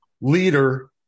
leader